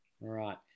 right